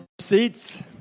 Seats